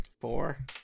Four